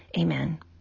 amen